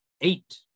eight